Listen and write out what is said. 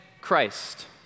Christ